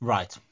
Right